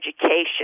education